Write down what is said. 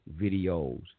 videos